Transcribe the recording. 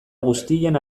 guztien